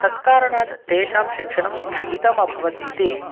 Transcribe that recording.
तत्कारणात् तेषां शिक्षणं स्थगितम् अभवत् इति